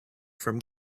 from